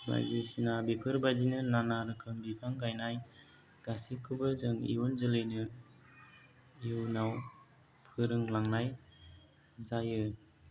बायदिसिना बेफोरबायदिनो नाना रोखोम बिफां गायनाय गासैखौबो जों इयुन जोलैनो इयुनाव फोरोंलांनाय जायो